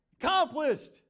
Accomplished